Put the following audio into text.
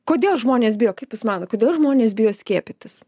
kodėl žmonės bijo kaip jūs manot kodėl žmonės bijo skiepytis